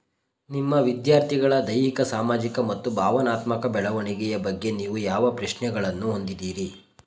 ನಿಮ್ಮ ವಿದ್ಯಾರ್ಥಿಗಳ ದೈಹಿಕ ಸಾಮಾಜಿಕ ಮತ್ತು ಭಾವನಾತ್ಮಕ ಬೆಳವಣಿಗೆಯ ಬಗ್ಗೆ ನೀವು ಯಾವ ಪ್ರಶ್ನೆಗಳನ್ನು ಹೊಂದಿದ್ದೀರಿ?